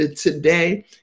today